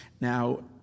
Now